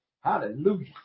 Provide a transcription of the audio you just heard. Hallelujah